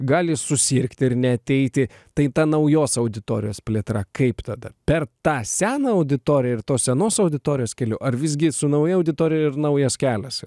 gali susirgti ir neateiti tai ta naujos auditorijos plėtra kaip tada per tą seną auditoriją ir tos senos auditorijos keliu ar visgi su nauja auditorija ir naujas kelias